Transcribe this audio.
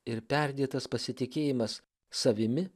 ir perdėtas pasitikėjimas savimi